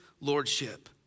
lordship